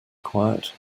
quiet